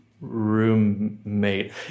roommate